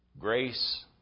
Grace